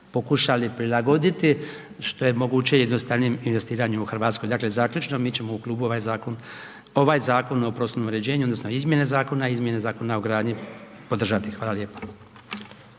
pokušali prilagoditi što je moguće jednostavnijem investiranju u Hrvatskoj. Dakle zaključno, mi ćemo u klubu ovaj zakon o prostornom uređenju, odnosno izmjene zakona, Izmjene zakona o gradnji podržati. Hvala lijepa.